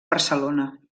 barcelona